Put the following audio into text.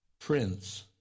Prince